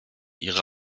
ihre